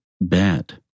bad